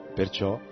perciò